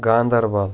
Ganderbal